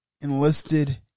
enlisted